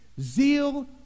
zeal